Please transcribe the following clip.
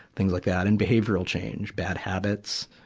things like that. and behavioral change, bad habits,